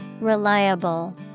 Reliable